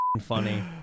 funny